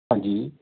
ਹਾਂਜੀ